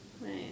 Right